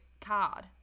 card